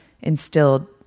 instilled